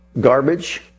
garbage